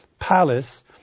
palace